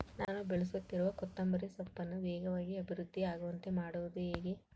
ನಾನು ಬೆಳೆಸುತ್ತಿರುವ ಕೊತ್ತಂಬರಿ ಸೊಪ್ಪನ್ನು ವೇಗವಾಗಿ ಅಭಿವೃದ್ಧಿ ಆಗುವಂತೆ ಮಾಡುವುದು ಹೇಗೆ?